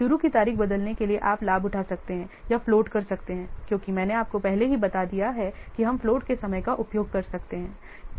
शुरू की तारीख बदलने के लिए आप लाभ उठा सकते हैं या फ्लोट कर सकते हैं क्योंकि मैंने आपको पहले ही बता दिया है कि हम फ्लोट के समय का उपयोग कर सकते हैं